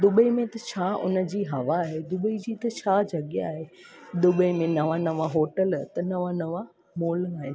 Dubai में छा उनजी हवा आहे दुबई जी छा जॻहि आहे दुबई में नवां नवां होटल नवां नवां मॉल आहे